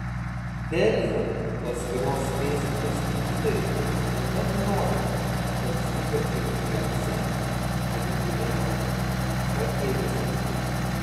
delfi paskyros feisbuke skaitytojai taip pat nurodė kad snigo ir prienuose alytuje pagėgiuose